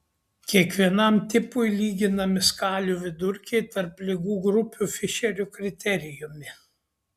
kiekvienam tipui lyginami skalių vidurkiai tarp ligų grupių fišerio kriterijumi